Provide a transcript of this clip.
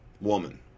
woman